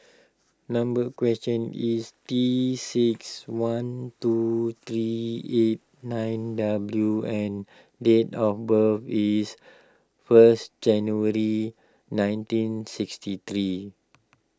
number question is T six four one two three eight nine W and date of birth is first January nineteen sixty three